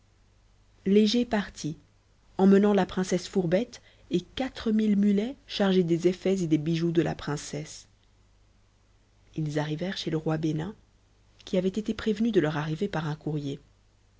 léger partit emmenant la princesse fourbette et quatre mille mulets chargés des effets et des bijoux de la princesse ils arrivèrent chez le roi bénin qui avait été prévenu de leur arrivée par un courrier